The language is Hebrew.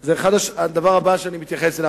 זה הדבר הבא שאני אתייחס אליו.